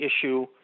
issue